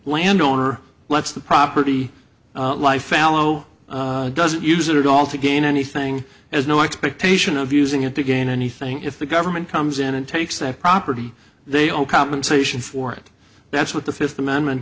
landowner lets the property lie fallow doesn't use it at all to gain anything as no expectation of using it to gain anything if the government comes in and takes that property they own compensation for it that's what the fifth amendment